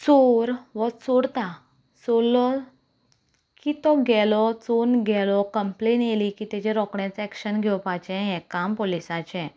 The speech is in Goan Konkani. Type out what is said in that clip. चोर हो चोरता चोरलें की तो गेलो चोरून गेलो कंप्लेन आयली की ताजें रोकडेंच एक्शन घेवपाचें हें काम पोलिसांचें